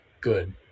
good